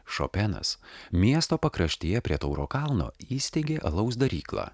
šopenas miesto pakraštyje prie tauro kalno įsteigė alaus daryklą